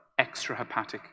extrahepatic